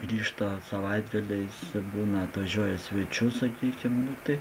grįžta savaitgaliais būna atvažiuoja svečių sakykim tai